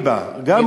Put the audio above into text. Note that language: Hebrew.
ליבה, אה.